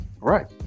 Right